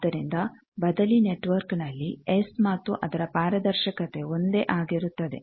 ಆದ್ದರಿಂದ ಬದಲಿ ನೆಟ್ವರ್ಕ್ನಲ್ಲಿ ಎಸ್ ಮತ್ತು ಅದರ ಪಾರದರ್ಶಕತೆ ಒಂದೇ ಆಗಿರುತ್ತದೆ